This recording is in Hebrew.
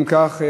אם כך,